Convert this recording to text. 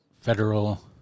federal